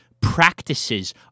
practices